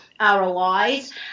ROIs